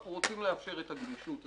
אנחנו רוצים לאפשר את הגמישות הזאת.